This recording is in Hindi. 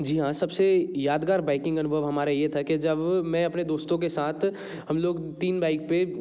जी हाँ सबसे यादगार बाइकिंग अनुभव हमारा ये था कि जब मैं अपने दोस्तों के साथ हम लोग तीन बाइक पे